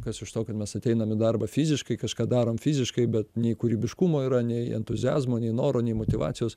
kas iš to kad mes ateinam į darbą fiziškai kažką darom fiziškai bet nei kūrybiškumo yra nei entuziazmo nei noro nei motyvacijos